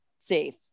safe